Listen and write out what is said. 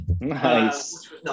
Nice